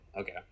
Okay